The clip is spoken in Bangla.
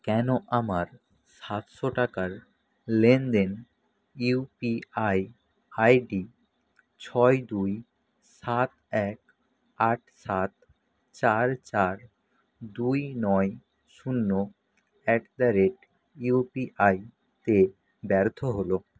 কেন আমার সাতশো টাকার লেনদেন ইউপিআই আইডি ছয় দুই সাত এক আট সাত চার চার দুই নয় শূন্য at the rate U P আইতে ব্যর্থ হল